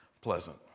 pleasant